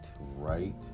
right